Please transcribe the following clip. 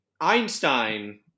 Einstein